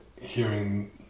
hearing